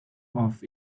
off